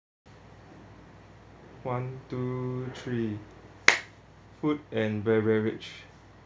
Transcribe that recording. one two three food and beverage